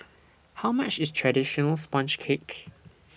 How much IS Traditional Sponge Cake